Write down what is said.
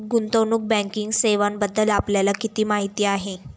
गुंतवणूक बँकिंग सेवांबद्दल आपल्याला किती माहिती आहे?